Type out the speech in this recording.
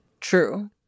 True